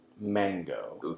Mango